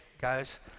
guys